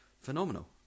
phenomenal